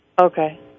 Okay